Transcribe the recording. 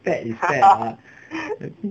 that is sad ah